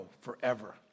forever